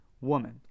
woman